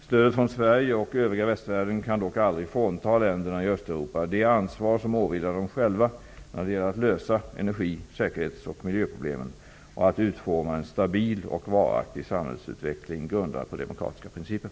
Stödet från Sverige och övriga västvärlden kan dock aldrig frånta länderna i Östeuropa det ansvar som åvilar dem själva när det gäller att lösa energi-, säkerhets och miljöproblemen och att utforma en stabil och varaktig samhällsutveckling, grundad på demokratiska principer.